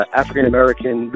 african-american